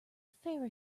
fair